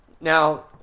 Now